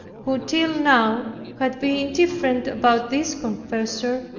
who till now had been indifferent about this confessor,